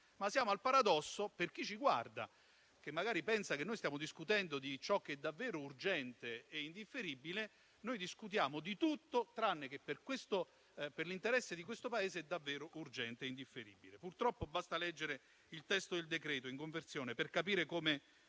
ma siamo al paradosso, per chi ci guarda, che magari pensa che stiamo discutendo di ciò che è davvero urgente e indifferibile: noi discutiamo di tutto tranne che di quello che per l'interesse di questo Paese è davvero urgente e indifferibile. Purtroppo basta leggere il testo del decreto in conversione per capire come